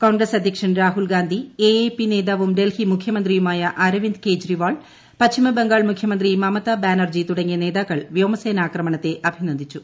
കോൺഗ്രസ് അധ്യക്ഷൻ Rahul Gandhi A A P നേതാവും ഡൽഹി മുഖ്യമന്ത്രിയുമായ അരവിന്ദ് കെജ്രിവാൾ പശ്ചിമ ബംഗാൾ മുഖ്യമന്ത്രി മമത ബാനർജി തുടങ്ങിയ നേതാക്കൾ വ്യോമസേനാക്രമണത്തെ അഭിനന്ദിച്ചു